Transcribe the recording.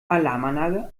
alarmanlage